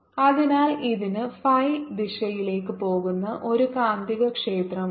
അതിനാൽ ഇതിന് phi ദിശയിലേക്ക് പോകുന്ന ഒരു കാന്തികക്ഷേത്രം ഉണ്ട്